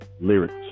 lyrics